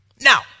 Now